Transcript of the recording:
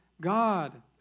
God